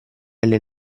alle